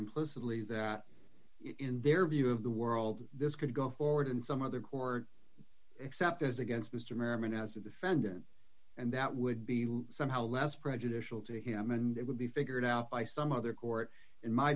implicitly that in their view of the world this could go forward in some other core except as against mr merriman as a defendant and that would be somehow less prejudicial to him and it would be figured out by some other court in my